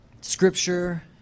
scripture